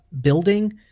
building